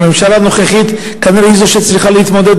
והממשלה הנוכחית כנראה היא זו שצריכה להתמודד,